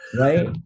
right